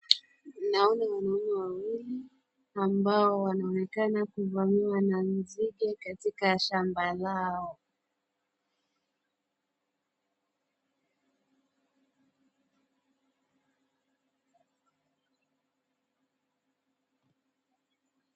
Naona wanaume wawili, ambao wanaonekana kuvamiwa na nzige katika shamba lao.